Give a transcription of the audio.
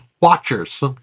watchers